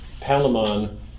Palamon